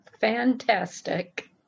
fantastic